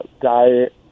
diet